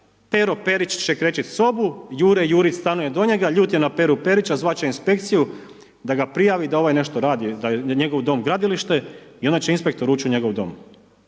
Pero Perić će krečiti sobu, Jure Jurić stanuje do njega, ljut je na Peru Perića, zvat će inspekciju da ga prijavi, da ovaj nešto radi, da je njegov dom gradilište i onda će inspektor ući u njegov dom.